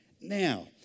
now